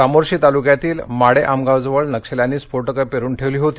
चामोर्शी तालुक्यातील माडेआमगावजवळ नक्षल्यांनी स्फोटकं पेरुन ठेवली होती